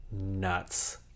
nuts